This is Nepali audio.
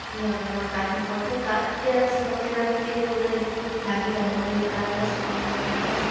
लगेर काट्नुपर्थ्यो काटेर सकेर फेरि उसलाई ढाकी ढाकीमा निकालेर सुकाउनुपर्थ्यो